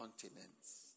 continents